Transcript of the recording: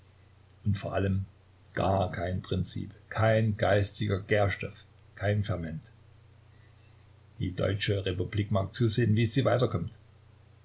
und vor allem gar kein prinzip kein geistiger gärstoff kein ferment die deutsche republik mag zusehen wie sie weiterkommt